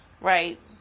Right